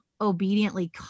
obediently